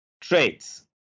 traits